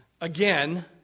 again